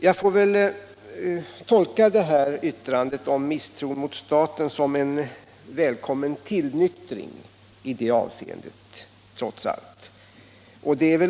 Jag får väl trots allt tolka herr Lindströms yttrande om misstro mot staten som en välkommen tillnyktring i det avseendet.